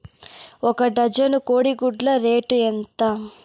ఒక డజను కోడి గుడ్ల రేటు ఎంత?